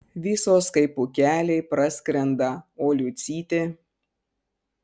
visos kaip pūkeliai praskrenda o liucytė